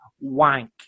wank